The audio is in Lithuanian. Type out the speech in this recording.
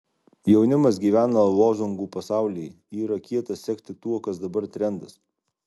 jaunimas gyvena lozungų pasauly yra kieta sekti tuo kas dabar trendas